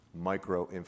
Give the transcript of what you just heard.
Micro